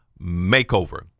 makeover